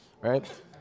right